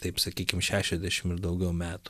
taip sakykim šešiasdešim ir daugiau metų